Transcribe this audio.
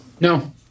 No